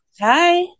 Hi